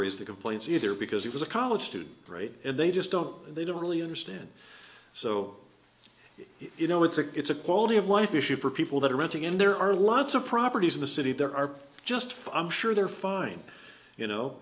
raise the complaints either because he was a college student right and they just don't they don't really understand so you know it's a it's a quality of life issue for people that are renting and there are lots of properties in the city there are just fun sure they're fine you know